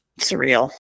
surreal